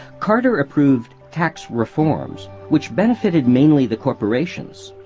carter approved tax reforms which benefited mainly the corporations.